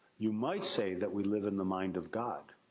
you might say that we live in the mind of god.